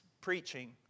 preaching